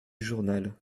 journal